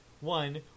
one